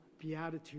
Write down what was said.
beatitude